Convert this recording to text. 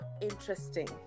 interesting